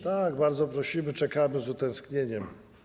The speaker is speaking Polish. Tak, bardzo prosimy, czekamy z utęsknieniem.